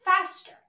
faster